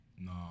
No